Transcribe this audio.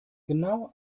genau